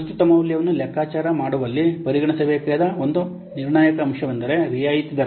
ಪ್ರಸ್ತುತ ಮೌಲ್ಯವನ್ನು ಲೆಕ್ಕಾಚಾರ ಮಾಡುವಲ್ಲಿ ಪರಿಗಣಿಸಬೇಕಾದ ಒಂದು ನಿರ್ಣಾಯಕ ಅಂಶವೆಂದರೆ ರಿಯಾಯಿತಿ ದರ